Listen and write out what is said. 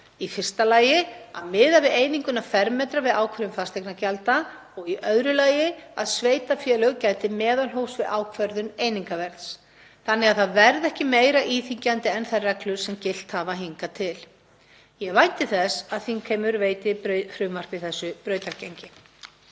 Í fyrsta lagi að miða við eininguna fermetra við ákvörðun fasteignagjalda og í öðru lagi að sveitarfélög gæti meðalhófs við ákvörðun einingaverðs þannig að það verði ekki meira íþyngjandi en þær reglur sem gilt hafa hingað til. Ég vænti þess að þingheimur veiti frumvarpi þessu brautargengi.